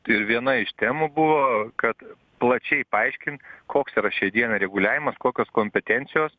viena iš temų buvo kad plačiai paaiškint koks yra šiai dienai reguliavimas kokios kompetencijos